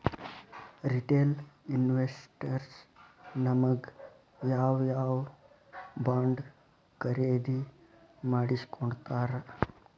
Retail investors ನಮಗ್ ಯಾವ್ ಯಾವಬಾಂಡ್ ಖರೇದಿ ಮಾಡ್ಸಿಕೊಡ್ತಾರ?